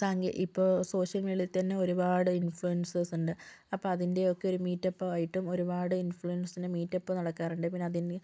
സാങ്കേ ഇപ്പോൾ സോഷ്യൽ മീഡിയയിൽ തന്നെ ഒരുപാട് ഇൻഫ്ലുവൻസേർസുണ്ട് അപ്പോൾ അതിൻ്റെയൊക്കെ ഒരു മീറ്റപ്പ് ആയിട്ടും ഒരുപാട് ഇൻഫ്ലുവൻസെർസിൻ്റെ മീറ്റപ്പ് നടക്കാറുണ്ട് പിന്നതിന്